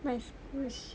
!hais!